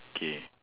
K